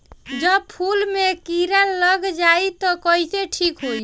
जब फूल मे किरा लग जाई त कइसे ठिक होई?